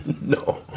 No